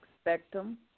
spectrum